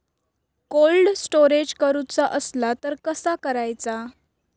Cold storage करूचा असला तर कसा करायचा?